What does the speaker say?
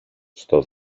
στο